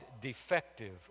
defective